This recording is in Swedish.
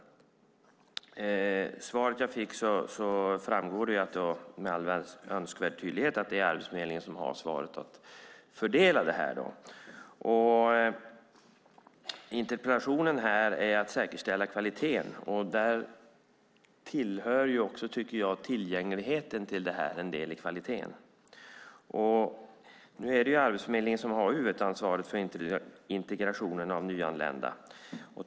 Av svaret jag fick framgick med all önskvärd tydlighet att det är Arbetsförmedlingen som har ansvaret för fördelningen. Interpellationen i dag handlar om att säkerställa kvaliteten. Dit hör även tillgängligheten till en del. Nu är det Arbetsförmedlingen som har huvudansvaret för integrationen av nyanlända.